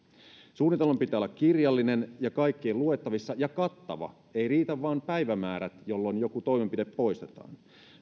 suunnitelman pitää olla kirjallinen kaikkien luettavissa ja kattava eivät riitä vain päivämäärät milloin joku toimenpide poistetaan